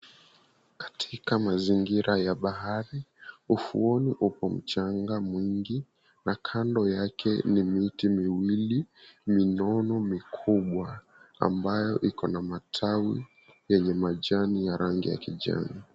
Katika mazingira ya bahari, ufuoni upo mchanga mwingi na kando yake ni miti miwili minono mikubwa ambayo iko na matawi yenye majani ya rangi ya kijani.